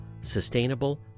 sustainable